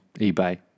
eBay